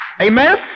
Amen